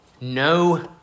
no